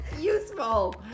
useful